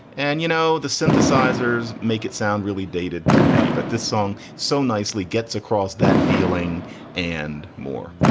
and, you know, the synthesizers make it sound really dated to many. but this song so nicely gets across that feeling and more.